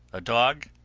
a dog,